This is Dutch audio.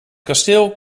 kasteel